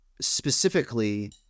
specifically